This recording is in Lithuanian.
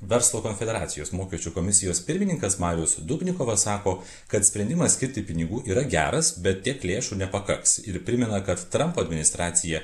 verslo konfederacijos mokesčių komisijos pirmininkas marius dubnikovas sako kad sprendimas skirti pinigų yra geras bet tiek lėšų nepakaks ir primena kad trampo administracija